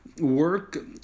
work